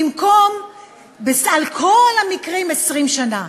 במקום על כל המקרים, 20 שנה.